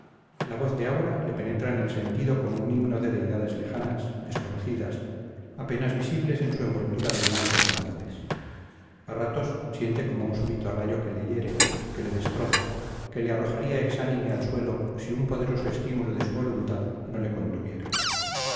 la voz de aura le penetra en el sentido como un himno de deidades lejanas desconocidas apenas visibles en su envoltura de blancos cendales a ratos siente como un súbito rayo que le hiere que le destroza que le arrojaría exánime al suelo si un poderoso estímulo de su voluntad no le contuviera